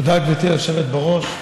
תודה, גברתי היושבת בראש.